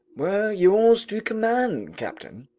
we're yours to command, captain.